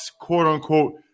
quote-unquote